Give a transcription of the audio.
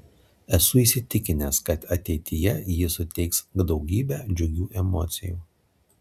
esu įsitikinęs kad ateityje ji suteiks daugybę džiugių emocijų